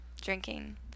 drinking